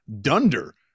Dunder